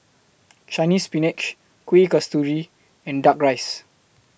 Chinese Spinach Kuih Kasturi and Duck Rice